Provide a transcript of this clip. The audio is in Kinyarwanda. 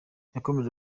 yakomeje